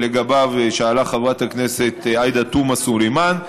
שלגביו שאלה חברת הכנסת עאידה תומא סלימאן.